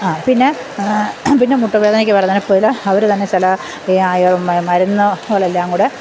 ആ പിന്നെ പിന്നെ മുട്ടു വേദനയ്ക്ക് പറയുന്നതുപോലെ അവർ തന്നെ ചില ഈ ആയുർ മരുന്നുകളെല്ലാം കൂടെ